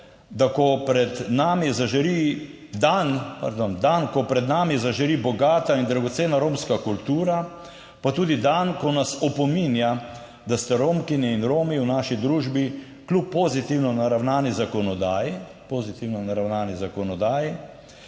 k sebi na svetovni dan Romov, dan, ko pred nami zažari bogata in dragocena romska kultura, pa tudi dan, ko nas opominja, da ste Romkinje in Romi v naši družbi, kljub pozitivno naravnani zakonodaji,« pozitivno naravnani zakonodaji,